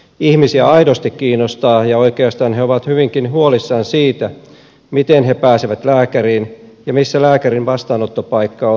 ihmisiä aidosti kiinnostaa ja oikeastaan he ovat hyvinkin huolissaan siitä miten he pääsevät lääkäriin ja missä lääkärin vastaanottopaikka on tulevaisuudessa